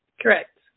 Correct